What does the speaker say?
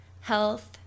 health